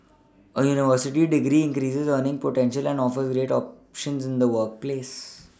a university degree increases earning potential and offers greater options in the workplace